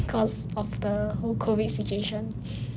because of the whole COVID situation